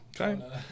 Okay